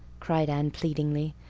cried anne, pleadingly.